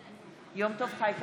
נגד יום טוב חי כלפון,